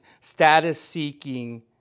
status-seeking